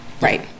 right